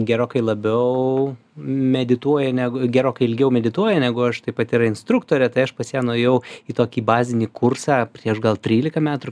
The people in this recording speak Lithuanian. gerokai labiau medituoja negu gerokai ilgiau medituoja negu aš taip pat yra instruktorė tai aš pas ją nuėjau į tokį bazinį kursą prieš gal trylika metrų